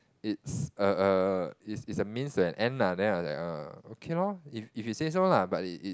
it's a a it's it's a means to an end lah then I was like uh okay lor if if you say so lah but it's it's